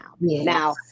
Now